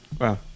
Wow